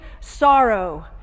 sorrow